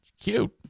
cute